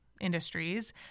industries